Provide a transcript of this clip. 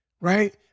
right